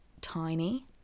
tiny